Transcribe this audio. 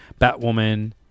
Batwoman